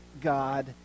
God